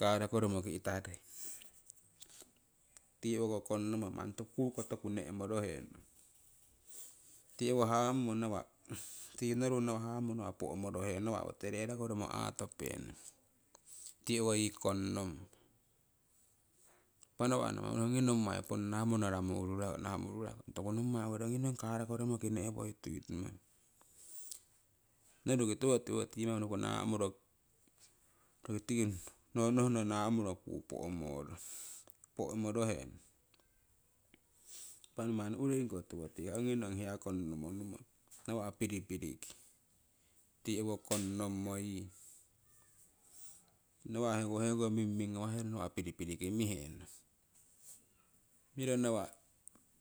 Karako rommoki iitarie tii owo konnomo manni kuuko toku neh'morohenong, tii owo hamumo nawa' tii noruno hamumo nawa' po'morohenong nawa' owo tareirako romo aatopenong tii owo kongnomo impah nawa' namamong ongi nommai ponna monoramo ururako nahamo ururako ong tokuu nommai oworii ongii nong karako romoki nong ne'woi tuitummong. noru roki tiwo nong tiwo tiimamo unuku naahmuro roki ti no nohhno naamuro rokii tii kuu po'morohenong. Impa manni uuringiko tiwo tikah ongi nong hia konnomo numong nawa' piripiriki tii owo konnomong yii nawa' owoko heko mingming ngawaherong ongi piripiri mihenong miro nawa'